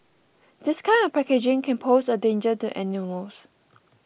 this kind of packaging can pose a danger to animals